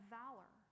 valor